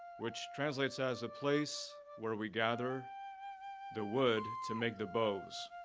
which translates as, a place where we gather the wood to make the boughs.